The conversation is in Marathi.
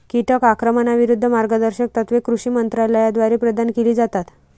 कीटक आक्रमणाविरूद्ध मार्गदर्शक तत्त्वे कृषी मंत्रालयाद्वारे प्रदान केली जातात